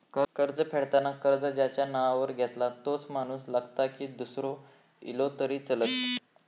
कर्ज फेडताना कर्ज ज्याच्या नावावर घेतला तोच माणूस लागता की दूसरो इलो तरी चलात?